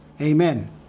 Amen